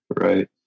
right